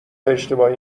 اشتباهی